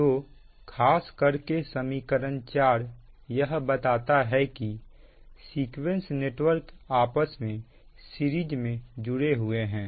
तो खास करके समीकरण 4 यह बताता है कि सीक्वेंस नेटवर्क आपस में सीरीज में जुड़े हुए हैं